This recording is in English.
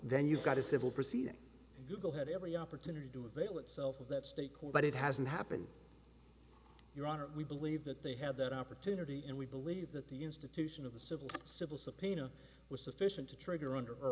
then you've got a civil proceeding and google had every opportunity to avail itself of that state call but it hasn't happened your honor we believe that they have that opportunity and we believe that the institution of the civil civil subpoena was sufficient to trigger under